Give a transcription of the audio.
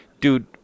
Dude